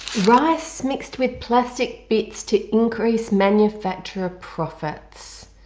rice mixed with plastic bits to increase manufacturer profits.